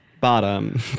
Bottom